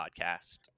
podcast